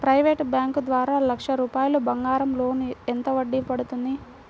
Private bank ద్వారా లక్ష రూపాయలు బంగారం లోన్ ఎంత వడ్డీ పడుతుంది?